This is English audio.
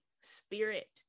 spirit